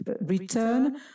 return